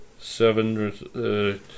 Seven